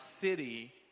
city